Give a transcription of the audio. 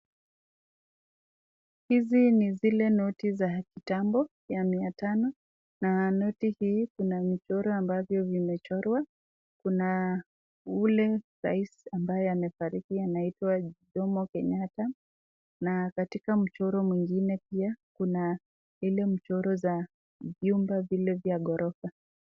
Hizi ni zile noti za kitambo ya mia tano na noti hii kuna michoro ambavyo vimechorwa. Kuna ule rais ambaye amefariki anaitwa Jomo Kenyatta na katika mchoro mwingine pia kuna ile mchoro za jumba vile vya ghorofa.